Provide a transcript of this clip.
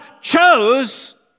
chose